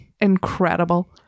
incredible